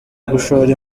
gushora